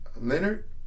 Leonard